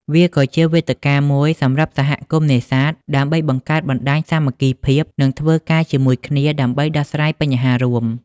វាក៏ជាវេទិកាមួយសម្រាប់សហគមន៍នេសាទដើម្បីបង្កើតបណ្តាញសាមគ្គីភាព និងធ្វើការជាមួយគ្នាដើម្បីដោះស្រាយបញ្ហារួម។